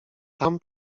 tam